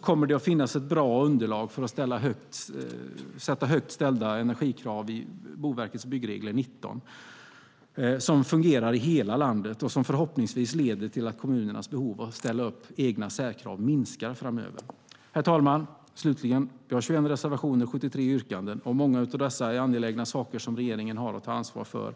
kommer det att finnas ett bra underlag för högt ställda energikrav i Boverkets byggregler 19 som fungerar i hela landet och som förhoppningsvis leder till att kommunernas behov att ställa upp särkrav framöver minskar. Herr talman! Vi har 21 reservationer och 73 yrkanden. Många av dessa är angelägna saker som regeringen har att ta ansvar för.